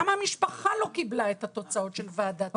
למה המשפחה לא קיבלה את התוצאות של ועדת הבדיקה?